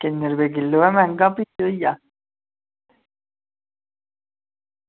किन्ने रपेऽ किलो ऐ मैहंगी भी केह् होइया